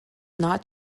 not